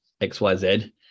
xyz